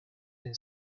been